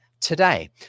today